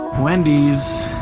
wendy's.